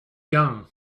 young